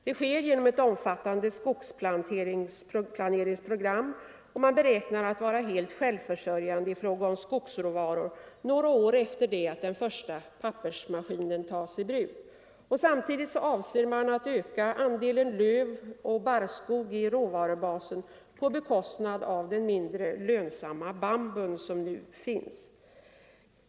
Det sker genom ett omfattande skogsplanteringsprogram. Man beräknar att vara helt självförsörjande i fråga om skogsråvaror några år efter det att den första pappersmaskinen tagits i bruk. Samtidigt avser man att öka andelen lövoch barrskog i råvarubasen på bekostnad av den mindre lönsamma bambun.